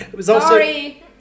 sorry